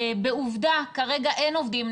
בעובדה, כרגע אין עובדים.